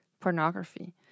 pornography